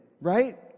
right